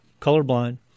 colorblind